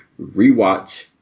Rewatch